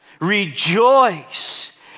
rejoice